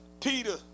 Peter